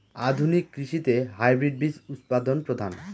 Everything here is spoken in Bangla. আধুনিক কৃষিতে হাইব্রিড বীজ উৎপাদন প্রধান